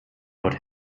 dort